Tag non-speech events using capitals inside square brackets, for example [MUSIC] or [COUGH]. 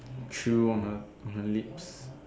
chew on her on her lips [NOISE]